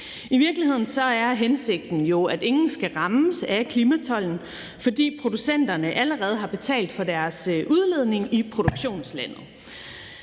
I virkeligheden er hensigten jo, at ingen skal rammes af klimatolden, for producenterne har allerede betalt for deres udledning i produktionslandet.